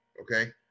Okay